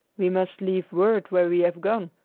we must leave word where we have gone,